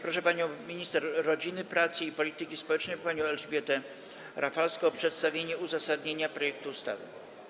Proszę minister rodziny, pracy i polityki społecznej panią Elżbietę Rafalską o przedstawienie uzasadnienia projektu ustawy.